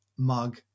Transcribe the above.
mug